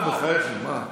נו, בחייכם, מה.